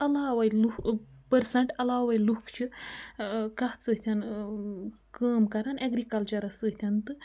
علاوے لُکھ پٔرسَنٛٹ علاوَے لُکھ چھِ کَتھ سۭتۍ کٲم کَران اٮ۪گرِکَلچَرَس سۭتۍ تہٕ